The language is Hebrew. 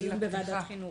היא בוועדת החינוך.